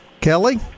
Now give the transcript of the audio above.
Kelly